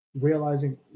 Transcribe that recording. realizing